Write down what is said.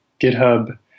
GitHub